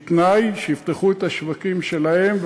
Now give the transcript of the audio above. בתנאי שיפתחו את השווקים שלהם,